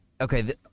okay